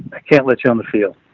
i can't let you on the field.